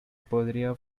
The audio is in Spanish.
podría